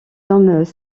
hommes